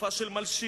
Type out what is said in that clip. תופעה של מלשינות,